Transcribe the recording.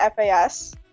FAS